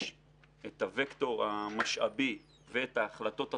את הווקטור המשאב ואת ההחלטות הסופיות.